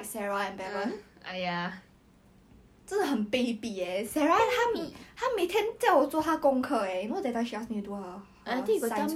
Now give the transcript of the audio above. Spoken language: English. then like want to 利用我 to make me feel bad about myself but to be honest I'm better than you and you met a better person right here